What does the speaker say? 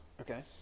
Okay